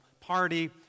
party